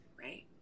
right